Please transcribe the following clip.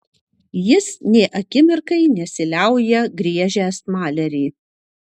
jis nė akimirkai nesiliauja griežęs malerį